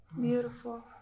Beautiful